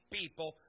people